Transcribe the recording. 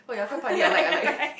right